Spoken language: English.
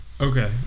Okay